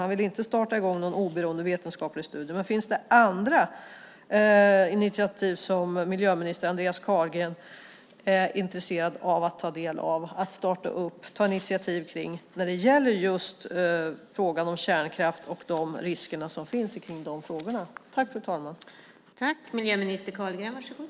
Han vill inte starta någon oberoende vetenskaplig studie, men frågan är om det just när det gäller frågan om kärnkraft och de risker som finns med den finns andra initiativ som miljöminister Andreas Carlgren är intresserad av att ta del av, att starta upp, att ta initiativ till.